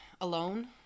Alone